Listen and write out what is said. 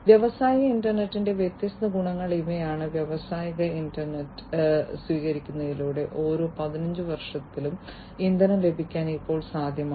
വ്യാവസായിക ഇന്റർനെറ്റിന്റെ വ്യത്യസ്ത ഗുണങ്ങൾ ഇവയാണ് വ്യാവസായിക ഇന്റർനെറ്റ് സ്വീകരിക്കുന്നതിലൂടെ ഓരോ 15 വർഷത്തിലും ഇന്ധനം ലാഭിക്കാൻ ഇപ്പോൾ സാധ്യമാണ്